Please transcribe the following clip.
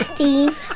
Steve